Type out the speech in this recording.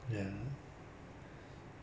对你这个国家 like